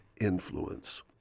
influence